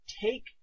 take